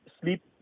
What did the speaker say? sleep